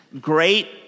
great